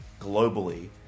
globally